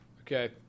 okay